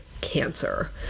cancer